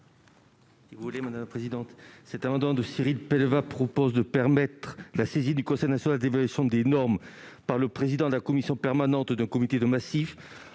: La parole est à M. Max Brisson. Cet amendement de Cyril Pellevat tend à permettre la saisine du Conseil national d'évaluation des normes par le président de la commission permanente d'un comité de massif